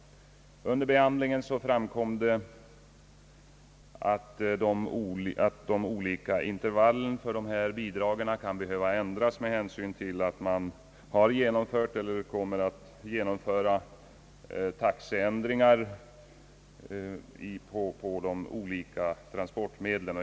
Under behandlingen framkom det att de olika intervallen för dessa bidrag kan behöva ändras med hänsyn till att man har genomfört eller kommer att genomföra taxeändringar på de olika transportmedlen.